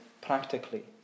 practically